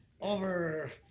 over